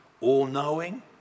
all-knowing